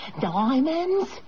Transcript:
Diamonds